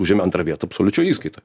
užėmė antrą vietą absoliučioj įskaitoj